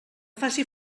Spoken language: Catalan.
faci